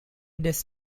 does